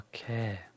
Okay